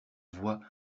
voix